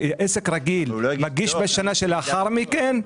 עסק רגיל מגיש בשנה שלאחר מכן,